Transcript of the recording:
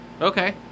Okay